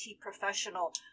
professional